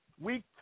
week